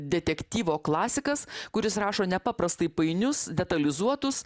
detektyvo klasikas kuris rašo nepaprastai painius detalizuotus